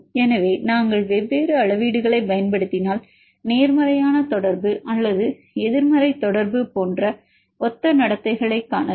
எனவே நாங்கள் வெவ்வேறு அளவீடுகளைப் பயன்படுத்தினால் நேர்மறையான தொடர்பு அல்லது எதிர்மறை தொடர்பு போன்ற ஒத்த நடத்தைகளைக் காணலாம்